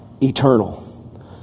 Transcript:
eternal